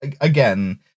again